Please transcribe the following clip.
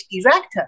director